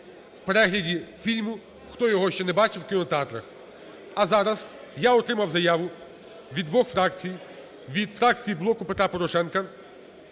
в перегляді фільму, хто його ще не бачив в кінотеатрах. А зараз я отримав заяву від двох фракцій: від фракції "Блоку Петра Порошенка"